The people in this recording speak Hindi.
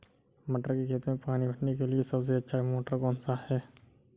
मटर के खेत में पानी भरने के लिए सबसे अच्छा मोटर कौन सा है?